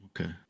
Okay